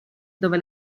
dove